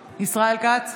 כץ,